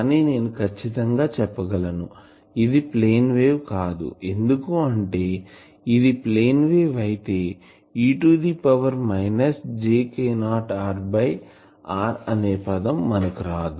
కానీ నేను ఖచ్చితంగా చెప్పగలను ఇది ప్లేన్ వేవ్ కాదు ఎందుకు అంటే ఇది ప్లేన్ వేవ్ అయితే e to the power minus J K0 r by r అనే పదం మనకు రాదు